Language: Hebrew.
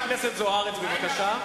חברת הכנסת תירוש, בבקשה.